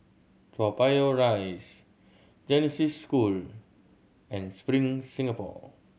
Toa Payoh Rise Genesis School and Spring Singapore